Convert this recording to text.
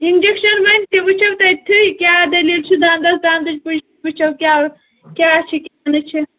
injection تہِ وٕچھو تٔتھی کیٛاہ دٔلیٖل چھُ دَنٛدَس دَنٛدچ وٕچھو کیٛاہ کیٛاہ چھِ کیٛاہ نہٕ چھِ